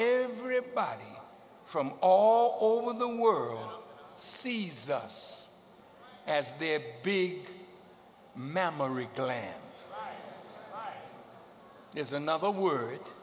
everybody from all over the world sees us as their big mammary gland is another word